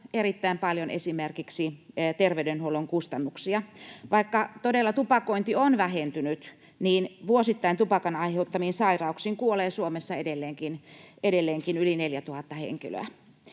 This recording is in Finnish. erittäin paljon esimerkiksi terveydenhuollon kustannuksia. Vaikka todella tupakointi on vähentynyt, niin vuosittain tupakan aiheuttamiin sairauksiin kuolee Suomessa edelleenkin yli 4 000 henkilöä.